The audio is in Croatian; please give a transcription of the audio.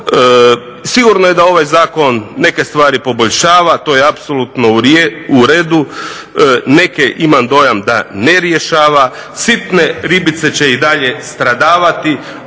Sigurno je da ovaj zakon neke stvari poboljšava, to je apsolutno u redu. Neke imam dojam da ne rješava. Sitne ribice će i dalje stradavati,